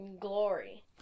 glory